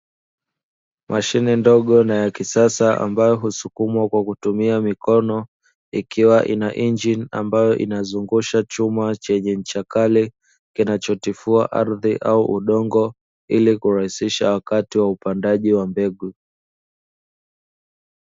Mashine ndogo na ya kisasa ambayo husukumwa kwa kutumia mikono ikiwa ina injini ambayo inazungusha chuma chenye ncha kali, kinachotifua ardhi au udongo ili kurahisisha wakati wa upandaji wa mbegu.